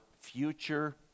future